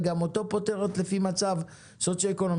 וגם אותו פוטרת לפי מצב סוציו-אקונומי.